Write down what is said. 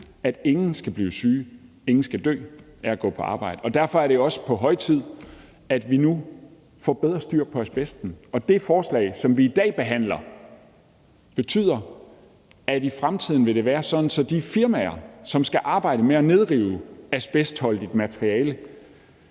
at ingen skal blive syge, ingen skal dø af at gå på arbejde. Derfor er det jo også på høje tid, at vi nu får bedre styr på asbesten, og det forslag, som vi i dag behandler, betyder, at i fremtiden vil det være sådan, at de firmaer, som skal arbejde med at nedrive asbestholdigt materiale,